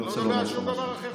לא מדבר על שום דבר אחר חוץ מזה.